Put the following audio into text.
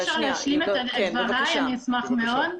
אם אפשר להשלים את דבריי, אני אשמח מאוד.